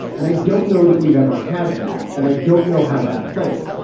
and i don't know that we've ever had that. and i don't know how that plays.